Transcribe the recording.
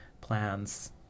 plans